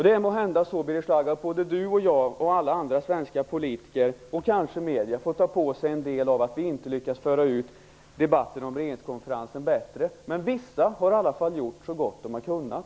Det är måhända så att Birger Schlaug, jag, alla andra svenska politiker och kanske medierna får ta på oss en del av ansvaret för att vi inte lyckats föra ut debatten om regeringskonferensen bättre. Men vissa har i alla fall gjort så gott de har kunnat.